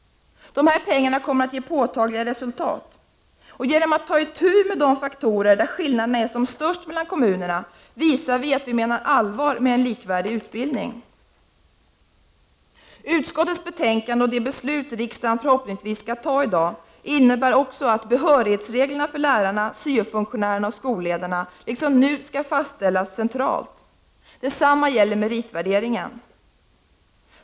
Dessa pengar kommer att ge påtagliga resultat. Genom att ta itu med en av de faktorer där skillnaderna är som störst mellan kommunerna visar vi att vi menar allvar med en likvärdig utbildning. Utskottets betänkande och det beslut riksdagen förhoppningsvis skall ta i dag innebär också att behörighetsreglerna för lärarna, syo-funktionärerna och skolledarna liksom nu skall fastställas centralt. Detsamma gäller beträffande meritvärderingen.